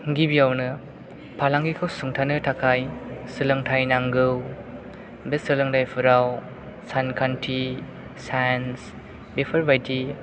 गिबियावनो फालांगिखौ सुंथानो थाखाय सोलोंथाय नांगौ बे सोलोंथायफोराव सानखान्थि सायन्स बेफोरबायदि